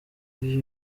vyo